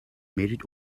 married